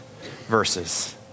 verses